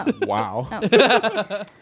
Wow